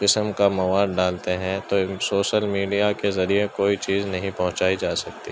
قسم کا مواد ڈالتے ہیں تو سوشل میڈیا کے ذریعے کوئی چیز نہیں پہنچائی جا سکتی